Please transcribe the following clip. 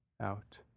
out